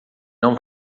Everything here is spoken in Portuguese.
não